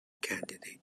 candidate